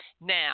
Now